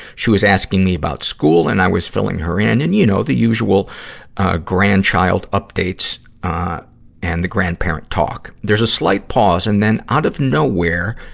she was asking me about school and i was filling her in, and you know, the usual ah grandchild updates and the grandparent talk. there's a slight pause, and then out of nowhere,